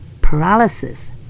paralysis